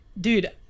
dude